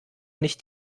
nicht